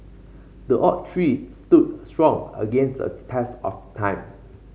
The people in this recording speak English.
the oak tree stood strong against a test of time